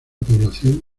población